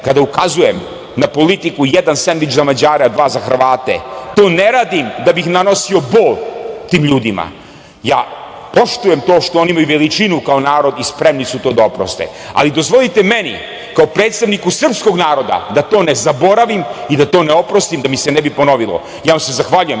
kada ukazujem na politiku jedan sendvič za Mađara, dva za Hrvate, to ne radim da bih nanosio bol tim ljudima, ja poštujem to što oni imaju veličinu kao narod i spremni su to da oproste, ali dozvolite meni, kao predstavniku srpskog naroda da to ne zaboravim i da to ne oprostim, da mi se ne bi ponovilo. Ja vam se zahvaljujem.